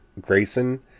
Grayson